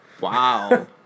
Wow